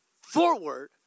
forward